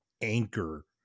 anchor